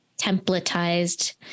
templatized